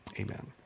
Amen